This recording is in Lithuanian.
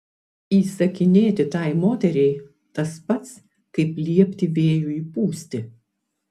įsakinėti tai moteriai tas pats kaip liepti vėjui pūsti